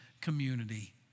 community